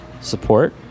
support